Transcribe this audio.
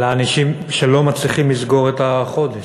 על האנשים שלא מצליחים לסגור את החודש.